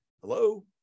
hello